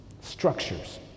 structures